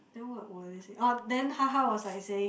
then what will they say oh then haha was like saying